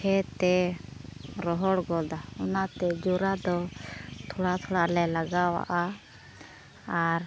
ᱠᱷᱮᱛ ᱮ ᱨᱚᱦᱚᱲ ᱜᱚᱫᱟ ᱚᱱᱟᱛᱮ ᱡᱚᱨᱟ ᱫᱚ ᱛᱷᱚᱲᱟ ᱛᱷᱚᱲᱟ ᱞᱮ ᱞᱟᱜᱟᱣᱟᱜᱼᱟ ᱟᱨ